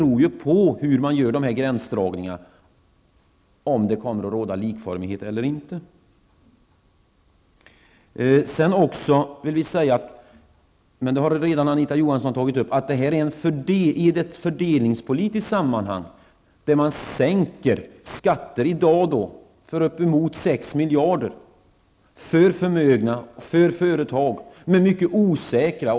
Om det kommer att råda likformighet eller inte beror på hur dessa gränsdragningar kommer att göras. Anita Johansson har redan sagt att detta sker, med mycket osäkra och haltande argument, i ett fördelningspolitiskt sammanhang då man sänker skatter i storleksordningen 6 miljarder för förmögna och för företag.